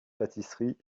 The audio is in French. pâtisserie